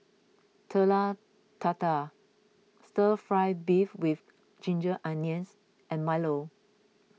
Telur Dadah Stir Fry Beef with Ginger Onions and Milo